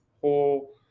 whole